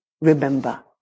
remember